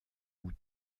août